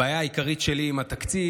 הבעיה העיקרית שלי עם התקציב,